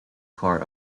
core